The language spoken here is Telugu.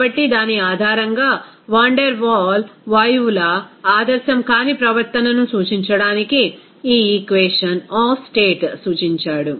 కాబట్టి దాని ఆధారంగా వాన్ డెర్ వాల్ వాయువుల ఆదర్శం కాని ప్రవర్తనను సూచించడానికి ఈ ఈక్వేషన్ ఆఫ్ స్టేట్ సూచించాడు